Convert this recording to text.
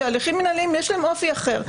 ולהליכים מינהליים יש אופי אחר.